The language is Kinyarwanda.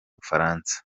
bufaransa